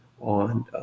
on